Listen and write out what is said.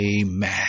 Amen